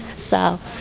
so,